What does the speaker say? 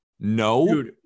No